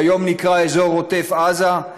שהיום נקרא אזור עוטף עזה.